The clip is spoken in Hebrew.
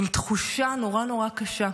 עם תחושה נורא נורא קשה: